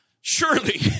surely